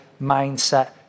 mindset